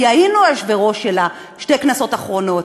כי היינו יושבי-ראש שלה בשתי הכנסות האחרונות.